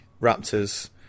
raptors